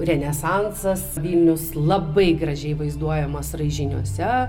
renesansas vilnius labai gražiai vaizduojamas raižiniuose